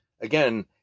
again